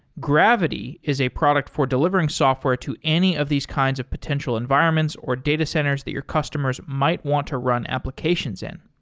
gravity is a product for delivering software to any of these kinds of potential environments or data centers that your customers might want to run applications in.